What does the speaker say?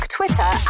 Twitter